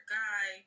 guy